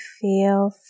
feel